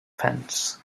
pence